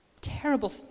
terrible